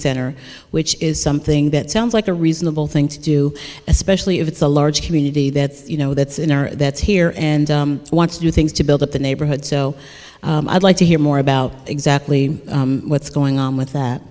center which is something that sounds like a reasonable thing to do especially if it's a large community that you know that that's here and want to do things to build up the neighborhood so i'd like to hear more about exactly what's going on with that